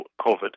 COVID